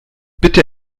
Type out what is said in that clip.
bitte